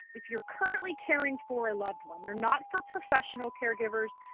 if you're currently caring for a loved one. they're not for professional caregivers,